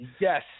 Yes